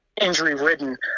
injury-ridden